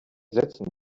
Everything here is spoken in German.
sätzen